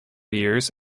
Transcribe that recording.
years